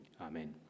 Amen